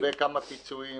לגבי כמה פיצויים